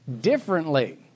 differently